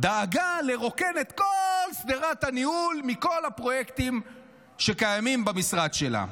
דאגה לרוקן את כל שדרת הניהול מכל הפרויקטים שקיימים במשרד שלה.